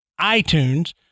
iTunes